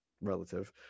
relative